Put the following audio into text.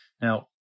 Now